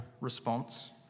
response